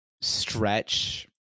stretch